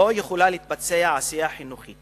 לא יכולה להתבצע העשייה החינוכית